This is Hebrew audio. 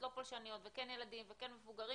לא-פולשניות וכן ילדים ולא מבוגרים